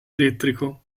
elettrico